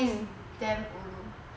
it's damn ulu